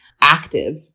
active